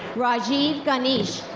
rajeev ganesh.